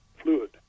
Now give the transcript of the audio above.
fluid